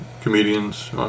comedians